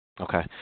Okay